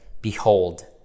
behold